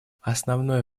основное